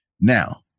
Now